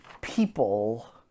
people